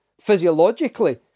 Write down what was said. physiologically